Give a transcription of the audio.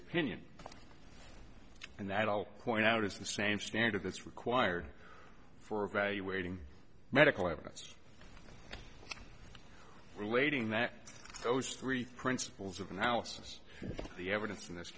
opinion and that i'll point out is the same standard that's required for evaluating medical evidence relating that those three principles of analysis the evidence in this